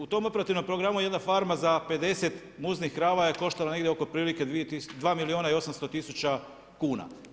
U tom operativnom programu jedna farma za 50 muznih krava je koštala negdje oko otprilike 2 milijuna i 800 tisuća kuna.